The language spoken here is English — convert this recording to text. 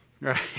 Right